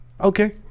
Okay